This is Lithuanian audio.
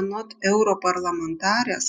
anot europarlamentarės